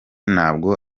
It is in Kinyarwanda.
ntabwo